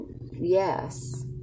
Yes